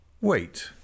Wait